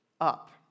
up